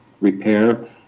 repair